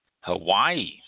Hawaii